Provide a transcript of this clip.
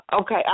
Okay